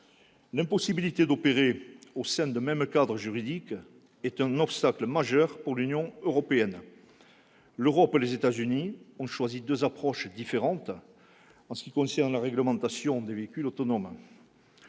L'impossibilité d'opérer au sein d'un même cadre juridique est un obstacle majeur pour l'Union européenne. L'Europe et les États-Unis ont retenu deux approches différentes en ce qui concerne la réglementation des véhicules autonomes.